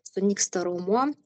sunyksta raumuo